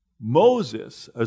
Moses